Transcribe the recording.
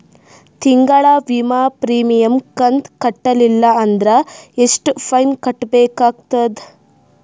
ತಿಂಗಳ ವಿಮಾ ಪ್ರೀಮಿಯಂ ಕಂತ ಕಟ್ಟಲಿಲ್ಲ ಅಂದ್ರ ಎಷ್ಟ ಫೈನ ಕಟ್ಟಬೇಕಾಗತದ?